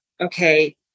okay